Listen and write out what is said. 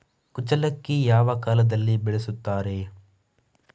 ಕುಚ್ಚಲಕ್ಕಿ ಯಾವ ಕಾಲದಲ್ಲಿ ಬೆಳೆಸುತ್ತಾರೆ?